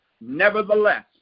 Nevertheless